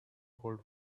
told